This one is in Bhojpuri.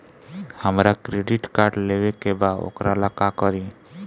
हमरा क्रेडिट कार्ड लेवे के बा वोकरा ला का करी?